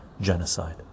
genocide